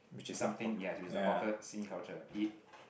is something yes if is the hawker scene culture it